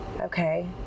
Okay